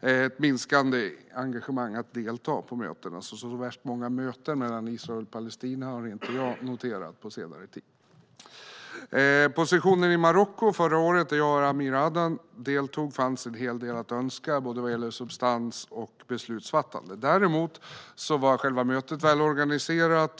ett minskande engagemang för att delta på mötena. Så värst många möten mellan Israel och Palestina har jag inte noterat på senare tid. På sessionen i Marocko förra året, där jag och Amir Adan deltog, fanns en hel del i övrigt att önska vad gäller substans och beslutsfattande. Däremot var själva mötena välorganiserade.